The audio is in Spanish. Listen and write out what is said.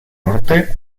norte